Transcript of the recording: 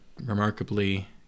remarkably